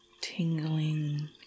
tingling